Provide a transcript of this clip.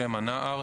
שם הנער,